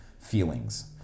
feelings